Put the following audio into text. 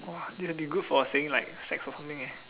!wah! this will be good for saying like sex or something eh